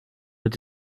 wird